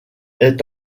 est